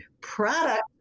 product